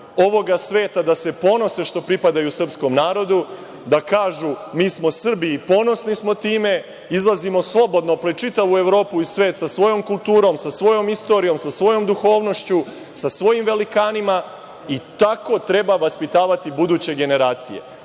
ovoga sveta da se ponose što pripadaju srpskom narodu, da kažu mi smo Srbi i ponosni smo time, izlazimo slobodno pred čitavu Evropu i svet sa svojom kulturom, sa svojom istorijom, sa svojom duhovnošću, sa svojim velikanima i tako treba vaspitavati buduće generacije.